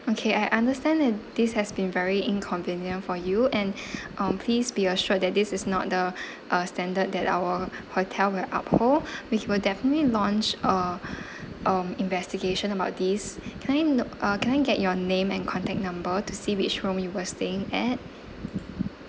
okay I understand at~ this has been very inconvenient for you and um please be assured that this is not the uh standard that our hotel will uphold which will definitely launched a um investigation about these can I kn~ uh can I get your name and contact number to see which room you were staying at